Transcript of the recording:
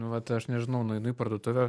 nu vat aš nežinau nueinu į parduotuvę